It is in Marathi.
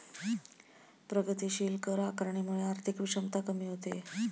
प्रगतीशील कर आकारणीमुळे आर्थिक विषमता कमी होते